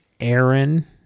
Aaron